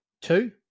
two